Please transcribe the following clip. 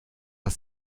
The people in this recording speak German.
das